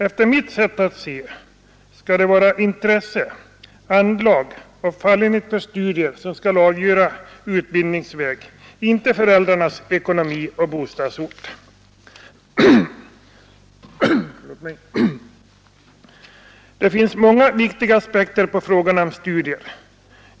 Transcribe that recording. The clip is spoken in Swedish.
Enligt mitt sätt att se skall det vara intresse, anlag och fallenhet för studier som skall avgöra utbildningsväg, inte föräldrarnas ekonomi och bostadsort. Det finns många viktiga aspekter på frågorna om studier.